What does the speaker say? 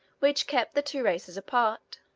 which kept the two races apart.